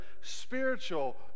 spiritual